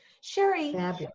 Sherry